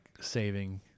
saving